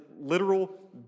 literal